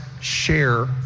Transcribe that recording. share